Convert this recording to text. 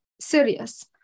serious